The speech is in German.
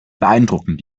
beeindruckend